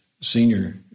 senior